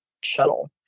shuttle